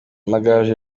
amagaju